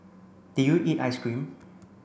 did you eat ice cream